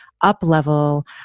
up-level